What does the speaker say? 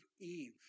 Eve